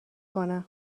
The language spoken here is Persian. کنه